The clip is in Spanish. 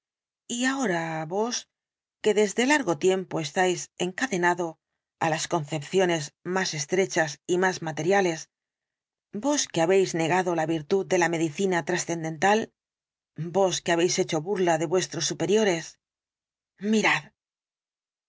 y ahora vos que desde largo tiempo estáis encadenado á las concepciones más estrechas y más materiales vos que habéis negado la virtud de la medicina trascendental vos que habéis hecho burla de vuestros superiores mirad